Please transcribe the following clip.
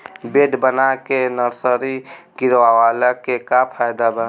Bed बना के nursery गिरवले के का फायदा बा?